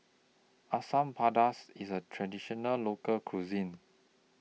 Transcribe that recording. Asam Pedas IS A Traditional Local Cuisine